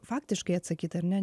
faktiškai atsakyt ar ne